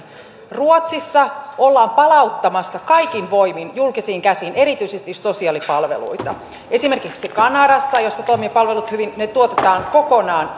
ruotsissa ollaan palauttamassa kaikin voimin julkisiin käsiin erityisesti sosiaalipalveluita esimerkiksi kanadassa jossa toimivat palvelut hyvin ne tuotetaan kokonaan